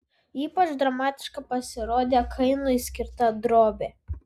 ypač dramatiška pasirodė kainui skirta drobė